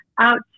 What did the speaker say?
out